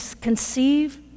conceive